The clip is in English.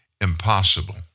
impossible